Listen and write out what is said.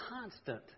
constant